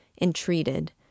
entreated